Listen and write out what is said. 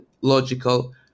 logical